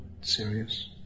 serious